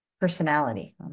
personality